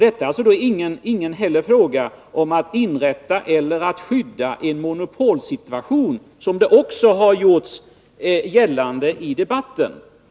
Det är här inte fråga om att skydda ett monopol, något som också gjorts gällande i debatten.